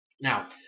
Now